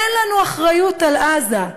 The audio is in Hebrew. אין לנו אחריות לעזה.